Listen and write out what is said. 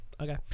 okay